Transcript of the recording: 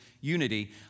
unity